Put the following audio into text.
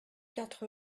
quatre